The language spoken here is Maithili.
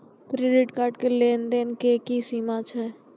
क्रेडिट कार्ड के लेन देन के की सीमा छै?